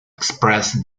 expressed